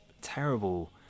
terrible